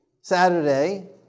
Saturday